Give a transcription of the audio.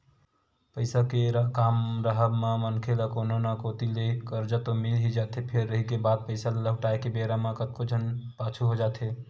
पइसा के काम राहब म मनखे ल कोनो न कोती ले करजा तो मिल ही जाथे फेर रहिगे बात पइसा ल लहुटाय के बेरा म कतको झन पाछू हो जाथे